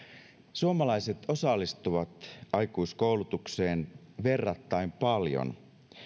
suomalaiset osallistuvat aikuiskoulutukseen verrattain paljon